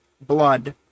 blood